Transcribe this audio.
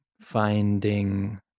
finding